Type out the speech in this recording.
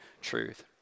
truth